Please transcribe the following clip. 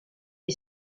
est